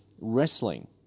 wrestling